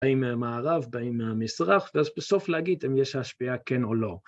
‫האם מערב, באים מהמזרח, ‫ואז בסוף להגיד ‫אם יש השפעה כן או לא.